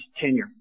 tenure